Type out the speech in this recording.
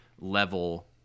level